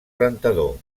rentador